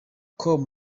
com